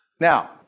Now